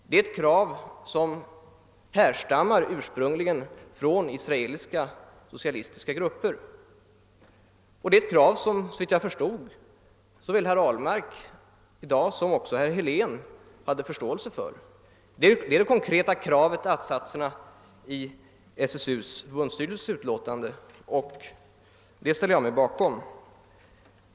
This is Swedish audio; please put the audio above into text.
Det är ett krav som ursprungligen härstammar från israeliska socialistiska grupper, och det är även ett krav som, såvilt jag förstod rätt, såväl herr Ahlmark i dag som herr Helén hade förståelse för. Det är det konkreta kravet i att satserna i SSU:s förbundsstyrelses utlåtande och det ställer jag mig bakom.